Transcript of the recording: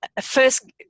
First